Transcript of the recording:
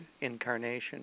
incarnation